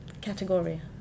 category